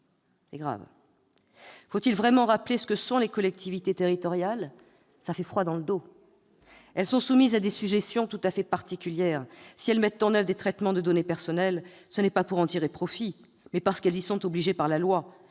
C'est grave ! Faut-il vraiment rappeler ce que sont les collectivités territoriales ? Cela fait froid dans le dos ! Ces dernières sont soumises à des sujétions tout à fait particulières : si elles mettent en oeuvre des traitements de données personnelles, ce n'est pas pour en tirer profit, mais parce qu'elles y sont obligées par la loi,